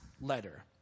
letter